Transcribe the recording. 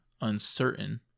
uncertain